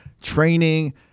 training